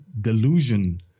delusion